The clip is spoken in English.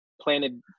planted